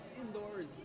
indoors